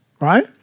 Right